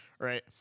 Right